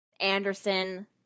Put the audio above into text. Anderson